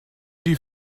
die